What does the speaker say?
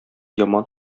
яман